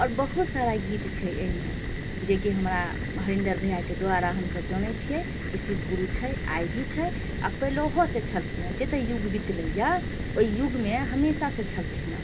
आओर बहुत सारा गीत छै एहिमे जे कि हमरा हरिन्दर भैयाके द्वारा हम सभ जनै छियै कि शिव गुरु छै आइ भी छै आ पहिलेओ सऽ छेलखिन हेँ जत्ते युग बीतले है ओहि युगमे हमेशा से छेलखिन हेँ